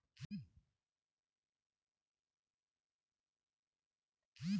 मंडुआ की बिक्री कहाँ होती है?